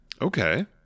Okay